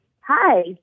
Hi